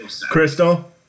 Crystal